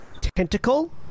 tentacle